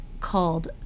called